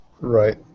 right